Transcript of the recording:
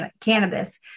cannabis